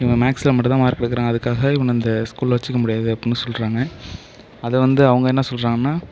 இவன் மேக்ஸில் மட்டுந்தான் மார்க் எடுக்கிறான் அதுக்காக இவனை இந்த ஸ்கூலில் வச்சுக்க முடியாது அப்புடினு சொல்கிறாங்க அதை வந்து அவங்க என்ன சொல்றாங்கன்னால்